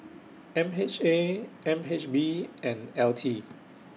M H A N H B and L T